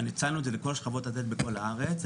הצענו את זה לכל השכבות בכל הארץ.